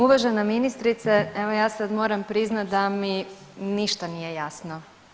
Uvažena ministrice evo ja sad moram priznati da mi ništa nije jasno.